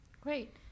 great